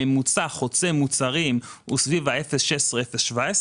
ממוצע חוצה מוצרים הוא סביב ה-0.16%-0.17%,